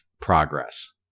progress